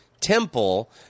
temple